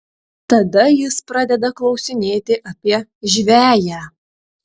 tada jis pradeda klausinėti apie žveję